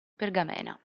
pergamena